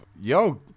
Yo